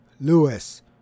Lewis